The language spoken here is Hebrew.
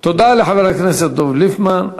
תודה לחבר הכנסת דב ליפמן.